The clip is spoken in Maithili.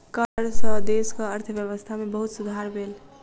कर सॅ देशक अर्थव्यवस्था में बहुत सुधार भेल